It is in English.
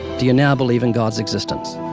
do you now believe in god's existence?